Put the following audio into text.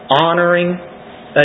honoring